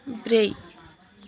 ब्रै